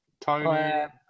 Tony